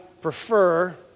prefer